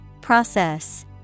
Process